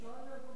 בשואה נהרגו